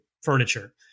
furniture